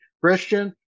Christian